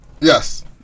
Yes